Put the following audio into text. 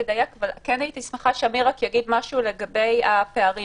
הייתי שמחה שאמיר יגיד משהו לגבי הפערים,